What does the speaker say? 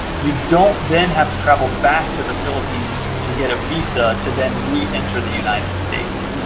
you don't then have to travel back to the philippines to get a visa to then re-enter the united states.